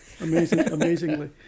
Amazingly